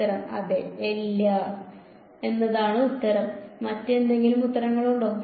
ഉത്തരം അതെ ഇല്ല എന്നാണ് ഉത്തരം മറ്റെന്തെങ്കിലും ഉത്തരങ്ങളുണ്ടോ